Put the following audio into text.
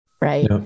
right